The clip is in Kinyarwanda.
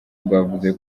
bwavuze